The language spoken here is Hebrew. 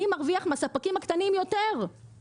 אני מרוויח מהספקים הקטנים יותר,